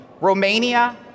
Romania